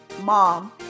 mom